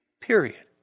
Period